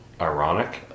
Ironic